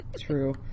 True